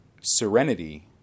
serenity